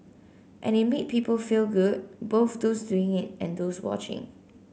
and it made people feel good both those doing it and those watching